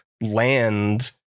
land